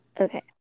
okay